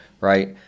right